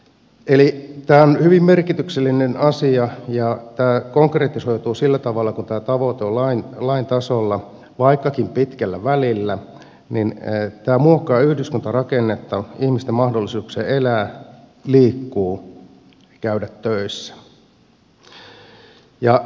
eli tämä on hyvin merkityksellinen asia ja tämä konkretisoituu sillä tavalla kun tämä tavoite on lain tasolla vaikkakin pitkällä välillä että tämä muokkaa yhdyskuntarakennetta ihmisten mahdollisuuksia elää liikkua ja käydä töissä